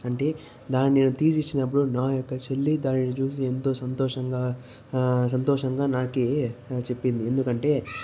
అంటే దాన్ని నేను తీసి ఇచ్చినప్పుడు నా యొక్క చెల్లి దానిని చూసి ఎంతో సంతోషంగా సంతోషంగా నాకు చెప్పింది ఎందుకంటే